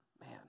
Man